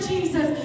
Jesus